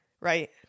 right